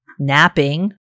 Napping